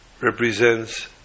represents